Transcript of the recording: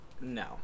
No